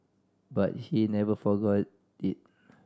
but he never forgot it